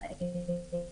ביטוי